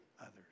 others